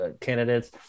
candidates